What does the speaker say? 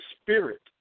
spirit